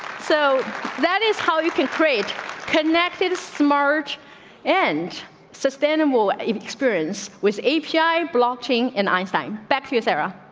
so that is how you can create connected, smart and sustainable experience with a p i blocking an einstein backfires era